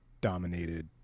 dominated